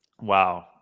Wow